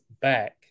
back